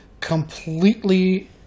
completely